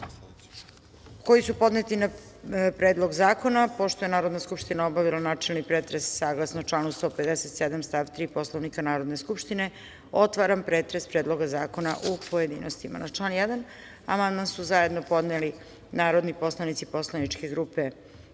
koji su podneti na Predlog zakona. Pošto je Narodna skupština obavila načelni pretres, saglasno članu 157. stav 3. Poslovnika Narodne skupštine, otvaram pretres Predloga zakona u pojedinostima. Na član 1. amandman su zajedno podneli narodni poslanici poslaničke grupe